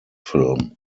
film